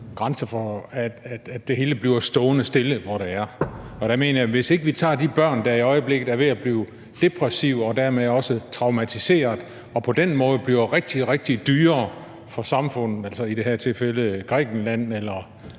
grænser for, at det hele bliver stående stille, hvor det er, og der mener jeg, at hvis ikke vi tager de børn, der i øjeblikket er ved at blive depressive og dermed også traumatiserede, og som på den måde bliver rigtig, rigtig dyre for samfundet, altså i det her tilfælde Grækenland eller